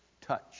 Touch